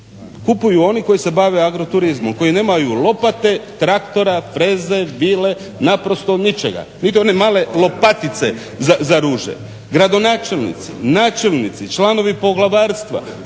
Kupuju oni koji se bave agroturizmom, koji nemaju lopate, traktora, freze, vile, naprosto ničega. Nit one male lopatice za ruže. Gradonačelnici, načelnici, članovi poglavarstva,